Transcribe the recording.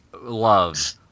love